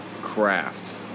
craft